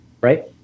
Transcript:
Right